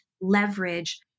leverage